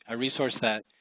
ah resource that